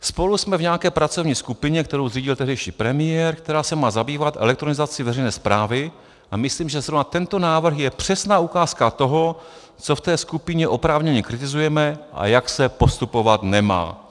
Spolu jsme v nějaké pracovní skupině, kterou zřídil tehdejší premiér, která se má zabývat elektronizací veřejné správy, a myslím, že zrovna tento návrh je přesná ukázka toho, co v té skupině oprávněně kritizujeme a jak se postupovat nemá.